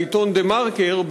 העיתון "דה מרקר",